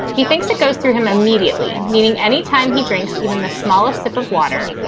he thinks it goes through him immediately, meaning anytime he drinks even the smallest sip of water,